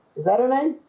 is that her name?